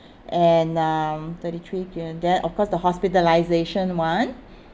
and um thirty three okay then of course the hospitalisation one